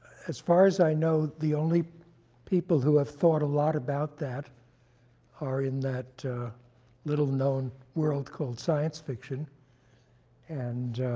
as far as i know, the only people who have thought a lot about that are in that little-known world called science fiction and